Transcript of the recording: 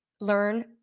learn